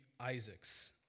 Isaac's